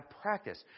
practice